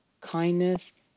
kindness